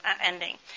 ending